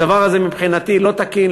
הדבר הזה מבחינתי לא תקין,